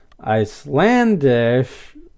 Icelandish